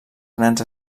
grans